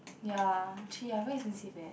ya three ah very expensive eh